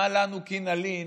מה לנו כי נלין,